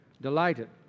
delighted